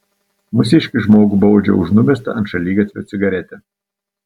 mūsiškį žmogų baudžia už numestą ant šaligatvio cigaretę